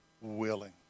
willing